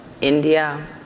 India